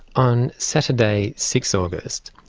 on saturday six august,